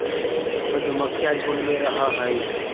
मधुमक्खियां झुंड में रहअ हई